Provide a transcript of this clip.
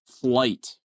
Flight